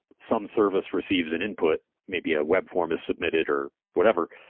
some service receives an input. maybe a web form is submitted or whatever.